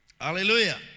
Hallelujah